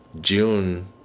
june